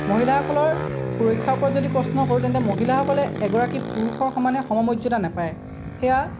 মহিলাসকলৰ সুৰক্ষাৰ ওপৰত যদি প্ৰশ্ন কৰোঁ তেন্তে মহিলাসকলে এগৰাকী পুৰুষৰ সমানে সমমৰ্যাদা নাপায় সেইয়া